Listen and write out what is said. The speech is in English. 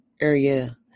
area